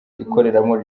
ikoreramo